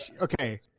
okay